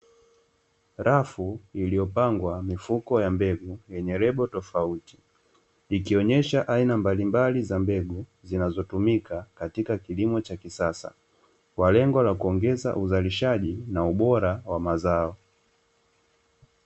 Rafu iliyopangwa mifuko ya mbegu yenye rangi tofauti, ikionyesha aina mbalimbali za mbegu zinatumuika katika kilimo cha kisasa kwa lengo la kuongeza uzalishaji na ubora wa mazao.